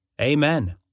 Amen